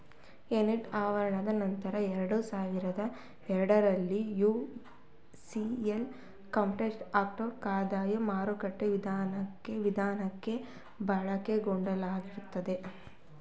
Enron ಹಗರಣ ನಂತ್ರ ಎರಡುಸಾವಿರದ ಎರಡರಲ್ಲಿ ಯು.ಎಸ್.ಎ ಸರ್ಬೇನ್ಸ್ ಆಕ್ಸ್ಲ ಕಾಯ್ದೆ ಮಾರುಕಟ್ಟೆ ವಿಧಾನಕ್ಕೆ ಬದಲಾವಣೆಯಾಗಿತು